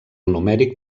numèric